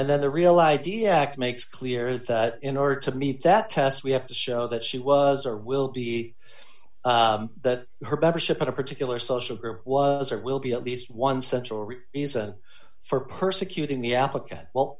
act makes clear that in order to meet that test we have to show that she was or will be that her better ship at a particular social group was or will be at least one central reason for persecuting the applicant well